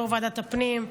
יו"ר ועדת הפנים,